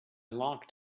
locked